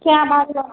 सएह बात